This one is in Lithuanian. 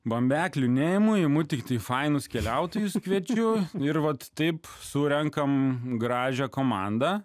bambeklių neimu imu tiktai fainus keliautojus kviečiu ir vat taip surenkame gražią komandą